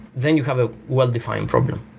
then you have a well-defined problem.